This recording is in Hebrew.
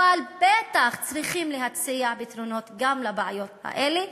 אבל בטח צריכים להציע פתרונות גם לבעיות האלה,